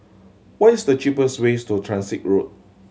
what is the cheapest ways to Transit Road